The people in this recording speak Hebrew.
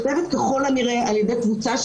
זאת בחינה שנכתבת ככל הנראה על ידי קבוצה...